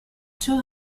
two